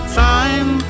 time